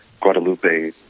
Guadalupe